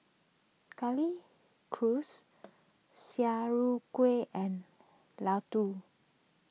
Sauerkraut and Ladoo